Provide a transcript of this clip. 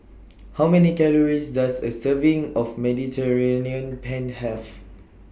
How Many Calories Does A Serving of Mediterranean Penne Have